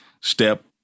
step